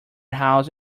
house